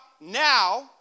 now